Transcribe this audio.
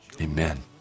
Amen